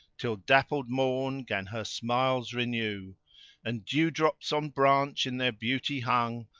till dappled morn gan her smiles renew and dew-drops on branch in their beauty hung,